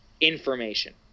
information